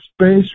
space